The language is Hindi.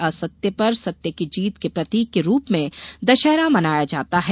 असत्य पर सत्य की जीत के प्रतीक के रूप में दशहरा मनाया जाता है